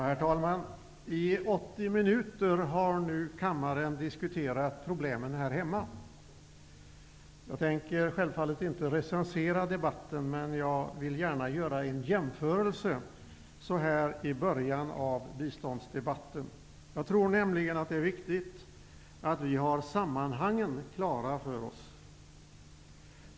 Herr talman! I 80 minuter har nu kammaren diskuterat problemen här hemma. Jag tänker inte recensera debatten, men jag vill gärna göra en jämförelse så här i början av biståndsdebatten. Jag tror nämligen att det är viktigt att vi har sammanhangen klara för oss.